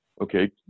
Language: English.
Okay